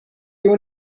اون